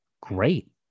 great